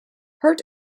hurt